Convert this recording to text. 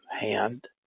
hand